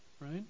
right